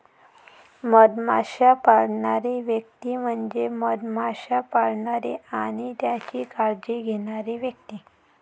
मधमाश्या पाळणारी व्यक्ती म्हणजे मधमाश्या पाळणारी आणि त्यांची काळजी घेणारी व्यक्ती